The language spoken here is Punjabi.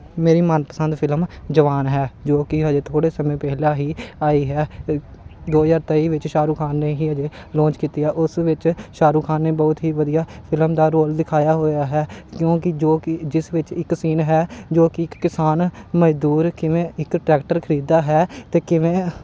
ਮੇਰੀ ਮਨਪਸੰਦ ਫਿਲਮ ਜਵਾਨ ਹੈ ਜੋ ਕਿ ਅਜੇ ਥੋੜ੍ਹੇ ਸਮੇਂ ਪਹਿਲਾਂ ਹੀ ਆਈ ਹੈ ਦੋ ਹਜ਼ਾਰ ਤੇਈ ਵਿੱਚ ਸ਼ਾਹਰੁਖ ਖਾਨ ਨੇ ਹੀ ਅਜੇ ਲਾਂਚ ਕੀਤੀ ਆ ਉਸ ਵਿੱਚ ਸ਼ਾਹਰੁਖ ਖਾਨ ਨੇ ਬਹੁਤ ਹੀ ਵਧੀਆ ਫਿਲਮ ਦਾ ਰੋਲ ਦਿਖਾਇਆ ਹੋਇਆ ਹੈ ਕਿਉਂਕਿ ਜੋ ਕਿ ਜਿਸ ਵਿੱਚ ਇੱਕ ਸੀਨ ਹੈ ਜੋ ਕਿ ਇੱਕ ਕਿਸਾਨ ਮਜ਼ਦੂਰ ਕਿਵੇਂ ਇੱਕ ਟਰੈਕਟਰ ਖਰੀਦਦਾ ਹੈ ਅਤੇ ਕਿਵੇਂ